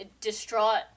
distraught